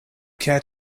care